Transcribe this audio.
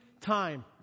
time